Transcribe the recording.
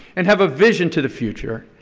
and have a vision to the future,